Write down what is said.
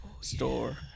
store